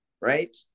Right